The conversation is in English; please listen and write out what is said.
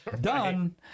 done